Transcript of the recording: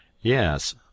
Yes